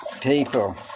People